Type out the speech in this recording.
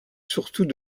surtout